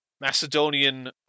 Macedonian